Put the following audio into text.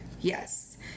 Yes